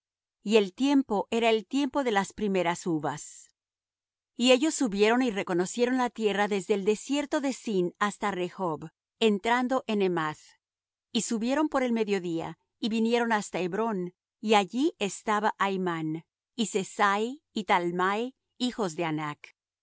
y el tiempo era el tiempo de las primeras uvas y ellos subieron y reconocieron la tierra desde el desierto de zin hasta rehob entrando en emath y subieron por el mediodía y vinieron hasta hebrón y allí estaban aimán y sesai y talmai hijos de anac